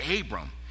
Abram